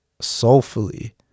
soulfully